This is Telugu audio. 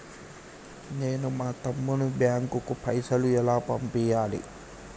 నేను మా తమ్ముని బ్యాంకుకు పైసలు ఎలా పంపియ్యాలి?